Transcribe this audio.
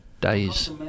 days